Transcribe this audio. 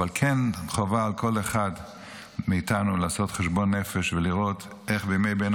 אבל כן חובה על כל אחד מאיתנו לעשות חשבון נפש ולראות איך בימי בין